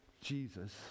Jesus